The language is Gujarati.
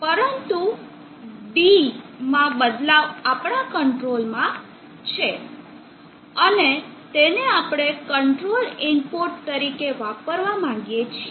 પરંતુ d માં બદલાવ આપણા કંટ્રોલમાં છે અને તેને આપણે કંટ્રોલ ઇનપુટ તરીકે વાપરવા માંગીએ છીએ